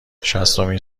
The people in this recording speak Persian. شصتمین